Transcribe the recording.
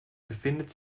befindet